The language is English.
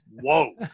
Whoa